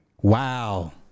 Wow